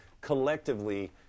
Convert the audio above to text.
collectively